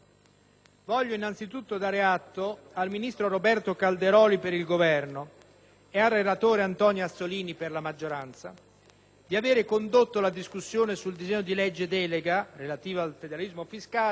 voglio innanzitutto dare atto al ministro Roberto Calderoli per il Governo e al relatore Antonio Azzollini per la maggioranza di avere condotto la discussione sul disegno di legge delega relativo al federalismo fiscale